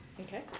okay